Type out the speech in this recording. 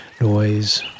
Noise